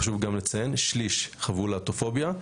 חשוב גם לציין, חוו להטופוביה.